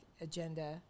agenda